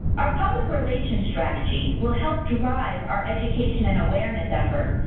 our public relations strategy will help drive our education and awareness efforts,